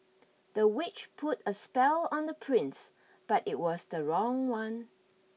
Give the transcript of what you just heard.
the witch put a spell on the prince but it was the wrong one